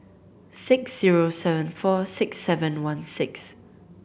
six zero seven four six seven one six